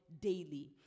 daily